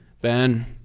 Ben